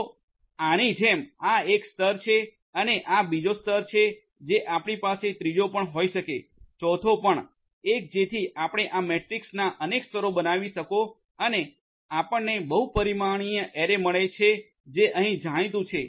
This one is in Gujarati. તો આની જેમ આ એક સ્તર છે અને આ બીજો સ્તર છે જે આપણી પાસે ત્રીજો પણ હોઇ શકે ચોથો પણ એક જેથી આપણે આ મેટ્રિકના અનેક સ્તરો બનાવી શકો અને આપણને બહુ પરિમાણીય એરે મળે છે જે અહીં જાણીતું છે